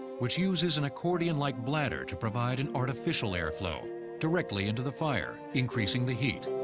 which uses an accordion-like bladder to provide an artificial airflow directly into the fire, increasing the heat.